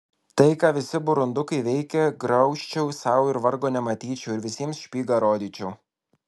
tai ką visi burundukai veikia graužčiau sau ir vargo nematyčiau ir visiems špygą rodyčiau